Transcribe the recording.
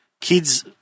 Kids